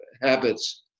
habits